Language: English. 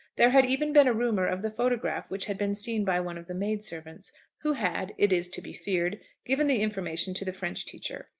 there had even been a rumour of the photograph which had been seen by one of the maid-servants who had, it is to be feared, given the information to the french teacher.